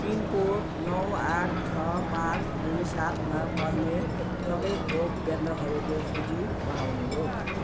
pin code नौ आठ छ पाँच दुई सातमा पर्ने सबै खोप केन्द्रहरूको सूची बनाउनुहोस्